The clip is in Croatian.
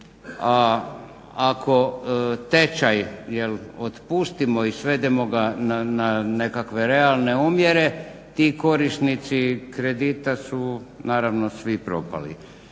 ako tečaja otpustimo i svedemo ga na nekakve realne omjere ti korisnici kredita su naravno svi propali.